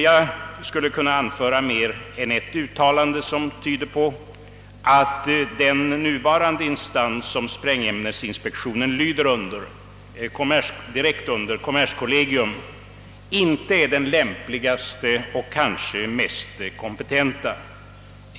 Jag skulle kunna anföra mer än ett uttalande som tyder på att den nuvarande instans som sprängämnesinspektionen lyder direkt under, kommerskollegium, inte är den lämpligaste, kanske inte heller den mest kompetenta.